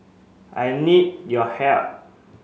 I need your help